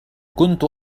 كنت